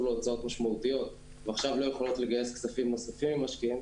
להוצאות משמעותיות ועכשיו לא יכולות לגייס כספים נוספים ממשקיעים,